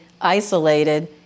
isolated